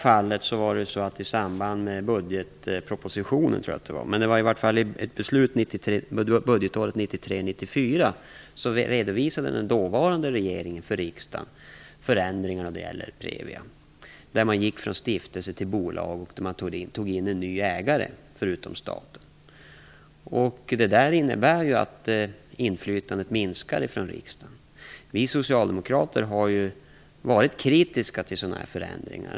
I ett beslut budgetåret 1993/94 redovisade den dåvarande regeringen för riksdagen förändringarna när det gäller Previa. Där gick man från stiftelse till bolag och tog in en ny ägare förutom staten. Det innebär ju att riksdagens inflytande minskar. Vi socialdemokrater har ju varit kritiska till sådana förändringar.